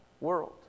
world